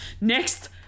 next